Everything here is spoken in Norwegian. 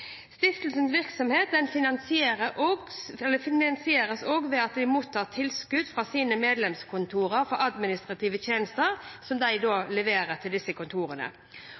Stiftelsens virksomhet finansieres også ved at de mottar tilskudd fra sine medlemskontorer for administrative tjenester som de leverer til disse kontorene.